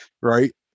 right